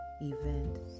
events